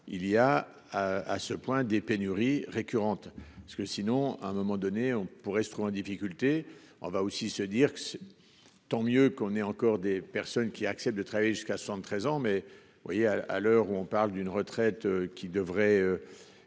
il y a. À ce point des pénuries récurrentes parce que sinon à un moment donné, on pourrait se trouve en difficulté, on va aussi se dire que. Tant mieux qu'on ait encore des personnes qui acceptent de travailler jusqu'à 73 ans. Mais vous voyez à. À l'heure où on parle d'une retraite qui devrait.